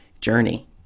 journey